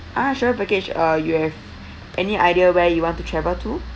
ah sure package uh you have any idea where you want to travel to